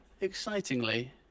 excitingly